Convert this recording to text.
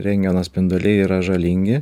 rentgeno spinduliai yra žalingi